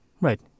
right